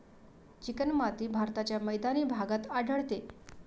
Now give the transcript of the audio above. चिकणमाती भारताच्या मैदानी भागात आढळते